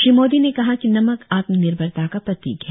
श्री मोदी ने कहा कि नमक आत्मनिर्भरता का प्रतीक है